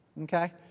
Okay